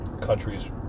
countries